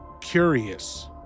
Curious